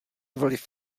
vliv